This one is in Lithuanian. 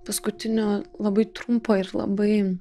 paskutinio labai trumpo ir labai